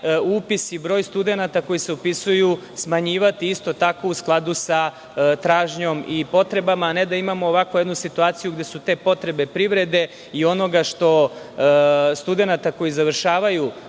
upis i broj studenata koji se upisuju smanjivati isto tako u skladu sa tražnjom i potrebama, a ne da imamo ovako jednu situaciju gde su te potrebe privrede i studenata koji završavaju